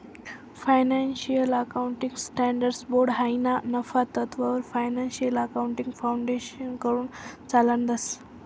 financial accounting standards board हायी ना नफा तत्ववर फायनान्शियल अकाउंटिंग फाउंडेशनकडथून चालाडतंस